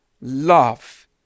love